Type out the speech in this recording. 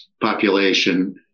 population